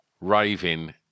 raving